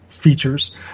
Features